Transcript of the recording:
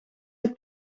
het